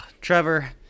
Trevor